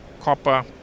copper